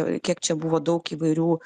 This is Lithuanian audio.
kiek čia buvo daug įvairių